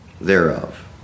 thereof